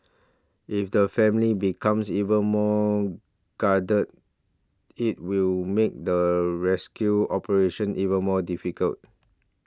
if the family becomes even more guarded it will make the rescue operation even more difficult